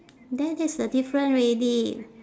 there that's the different already